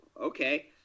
okay